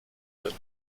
sind